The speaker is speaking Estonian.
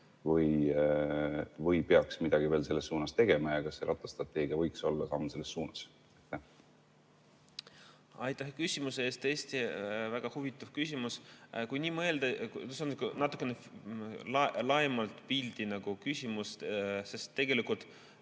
või peaks midagi veel selles suunas tegema ja kas see rattastrateegia võiks olla samm selles suunas? Aitäh küsimuse eest! Tõesti väga huvitav küsimus. Kui nii mõelda, siis see on natuke laiema pildi küsimus, sest tegelikult